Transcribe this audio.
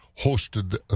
hosted